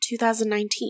2019